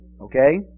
okay